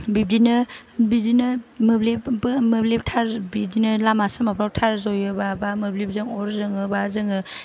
बिब्दिनो बिदिनो मोब्लिब बो मोब्लिब टार बिदिनो लामा सामाफ्राव टार जयोबा बा मोब्लिबजों अर जोङोबा जोङो